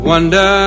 Wonder